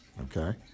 okay